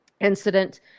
incident